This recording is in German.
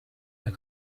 herr